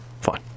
Fine